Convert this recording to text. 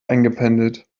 eingependelt